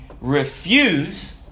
refuse